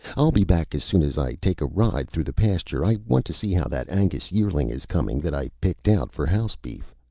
i'll be back as soon as i take a ride through the pasture. i want to see how that angus yearling is coming that i picked out for house beef.